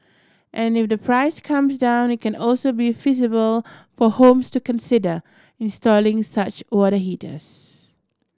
and if the price comes down it can also be feasible for homes to consider installing such water heaters